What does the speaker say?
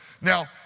Now